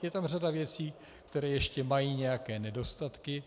Je tam řada věcí, které ještě mají nějaké nedostatky.